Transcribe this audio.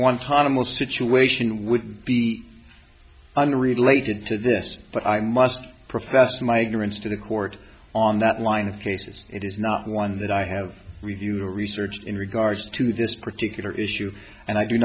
guantanamo situation would be unrelated to this but i must profess my ignorance to the court on that line of cases it is not one that i have reviewed or researched in regards to this particular issue and i do